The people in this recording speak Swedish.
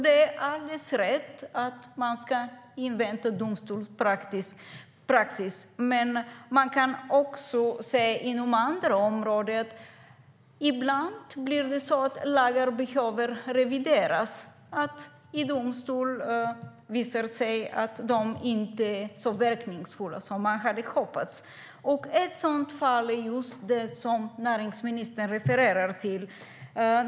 Det är alldeles rätt att man ska invänta domstolspraxis, men man kan också se inom andra områden att det ibland blir så att lagar behöver revideras när det i domstol visar sig att de inte är så verkningsfulla som man hade hoppats. Ett sådant fall är just det näringsministern refererar till.